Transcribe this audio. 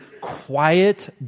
quiet